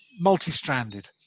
multi-stranded